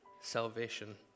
salvation